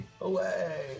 Away